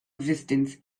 existence